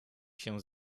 się